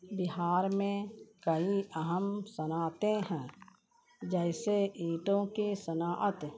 بہار میں کئی اہم صنعتیں ہیں جیسے اینٹوں کے صنعت